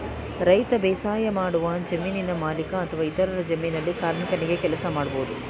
ರೈತ ಬೇಸಾಯಮಾಡುವ ಜಮೀನಿನ ಮಾಲೀಕ ಅಥವಾ ಇತರರ ಜಮೀನಲ್ಲಿ ಕಾರ್ಮಿಕನಾಗಿ ಕೆಲಸ ಮಾಡ್ಬೋದು